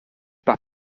par